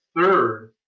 third